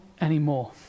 anymore